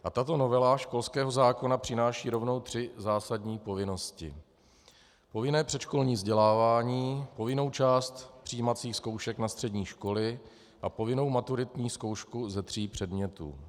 A tato novela školského zákona přináší rovnou tři zásadní povinnosti: povinné předškolní vzdělávání, povinnou část přijímacích zkoušek na střední školy a povinnou maturitní zkoušku ze tří předmětů.